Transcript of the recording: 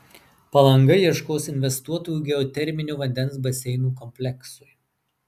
palanga ieškos investuotojų geoterminio vandens baseinų kompleksui